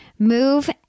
Move